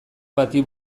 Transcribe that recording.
bati